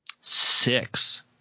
Six